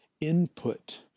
input